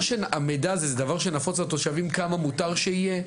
המידע הזה זה דבר שנפוץ לתושבים, כמה מותר שיהיה?